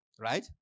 Right